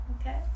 Okay